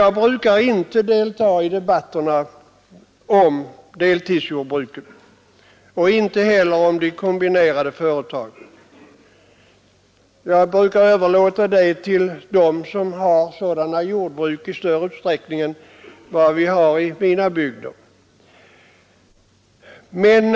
Jag brukar inte delta i debatterna om deltidsjordbruk och inte heller om de kombinerade företagen — jag brukar överlåta det till dem som har sådana jordbruk i större utsträckning än vi har i mina bygder.